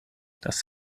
das